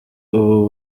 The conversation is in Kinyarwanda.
ubu